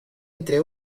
entre